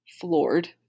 floored